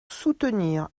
soutenir